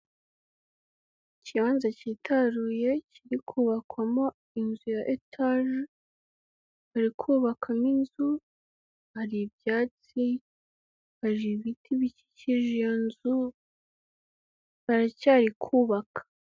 Ikibanza cyitaruye kiri kubakwamo inzu ya etaje, bari kubakamo inzu, hari ibyatsi, hari ibiti bikikije iyo nzu, baracyari kubaka